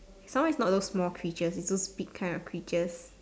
some more is not those small creatures is those big kind of creatures